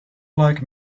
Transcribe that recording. like